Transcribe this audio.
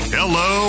Hello